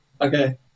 okay